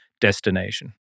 destination